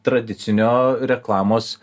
tradicinio reklamos